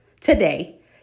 today